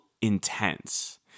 intense